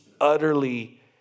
utterly